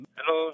Hello